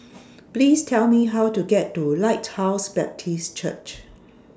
Please Tell Me How to get to Lighthouse Baptist Church